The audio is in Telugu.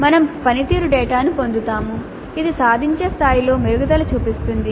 మేము పనితీరు డేటాను పొందుతాము ఇది సాధించే స్థాయిలో మెరుగుదల చూపిస్తుంది